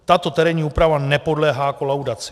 Tato terénní úprava nepodléhá kolaudaci.